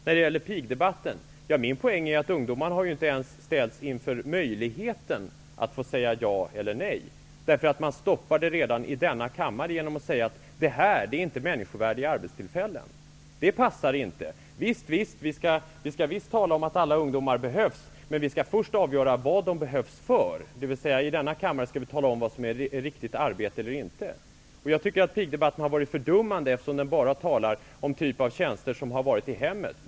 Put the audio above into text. När det gäller pigdebatten är min poäng att ungdomarna inte ens har ställts inför möjligheten att få säga ja eller nej. Man stoppar det redan i denna kammare genom att säga: Detta är inte människovärdiga arbetstillfällen. Det passar inte. Visst skall vi tala om att alla ungdomar behövs, men vi skall först avgöra vad de behövs för. I denna kammare skall vi tala om vad som är riktigt arbete eller inte. Jag tycker att pigdebatten har varit fördummande, eftersom man bara talar om den typ av tjänster som utförs i hemmet.